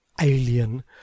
alien